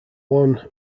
one